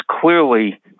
clearly